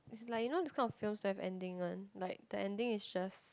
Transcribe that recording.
its like you know this kind of films don't have ending one the ending is just